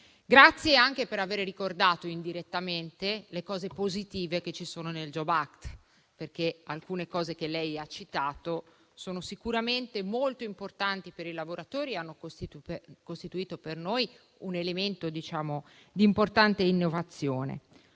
grazie anche per avere ricordato, indirettamente, le misure positive che ci sono nel *jobs act*. Alcuni punti che lei ha citato sono sicuramente molto importanti per i lavoratori ed hanno costituito, per noi, un elemento di importante innovazione.